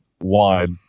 wide